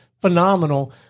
phenomenal